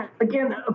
Again